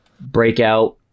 Breakout